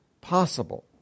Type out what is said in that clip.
possible